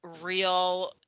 real